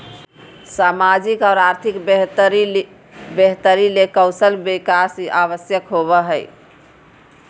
सामाजिक और आर्थिक बेहतरी ले कौशल विकास आवश्यक हइ